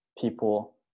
people